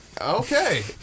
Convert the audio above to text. Okay